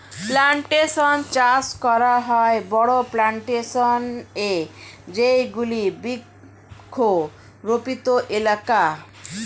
plantation চাষ করা হয় বড়ো প্লানটেশন এ যেগুলি বৃক্ষরোপিত এলাকা